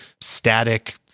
static